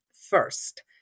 first